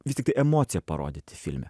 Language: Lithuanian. vis tiktai emociją parodyti filme